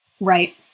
Right